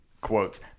Quotes